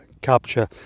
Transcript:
capture